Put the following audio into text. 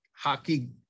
hockey